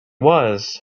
was